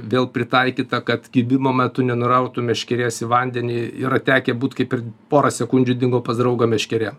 vėl pritaikyta kad kibimo metu nenurautų meškerės į vandenį yra tekę būt kaip ir porą sekundžių dingo pas draugą meškerė